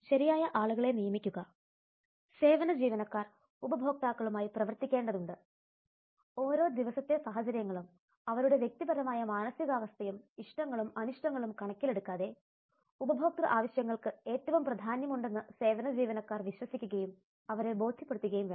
ശരിയായ ആളുകളെ നിയമിക്കുക സേവന ജീവനക്കാർ ഉപഭോക്താക്കളുമായി പ്രവർത്തിക്കേണ്ടതുണ്ട് ഓരോ ദിവസത്തെ സാഹചര്യങ്ങളും അവരുടെ വ്യക്തിപരമായ മാനസികാവസ്ഥയും ഇഷ്ടങ്ങളും അനിഷ്ടങ്ങളും കണക്കിലെടുക്കാതെ ഉപഭോക്ത ആവശ്യകതകൾക്ക് ഏറ്റവും പ്രാധാന്യമുണ്ടെന്ന് സേവന ജീവനക്കാർ വിശ്വസിക്കുകയും അവരെ ബോധ്യപ്പെടുത്തുകയും വേണം